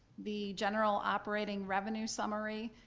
the general operating revenue summary,